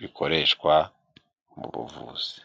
bikoreshwa mu buvuzi.